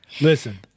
Listen